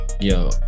yo